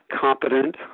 competent